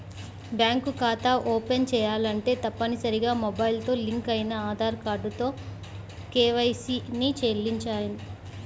bank ఖాతా open చేయాలంటే తప్పనిసరిగా మొబైల్ తో లింక్ అయిన ఆధార్ కార్డుతో కేవైసీ ని చేయించాలి